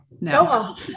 no